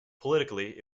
politically